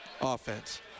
offense